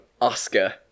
Oscar